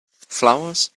flowers